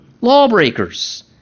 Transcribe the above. lawbreakers